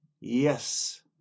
Yes